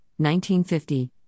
1950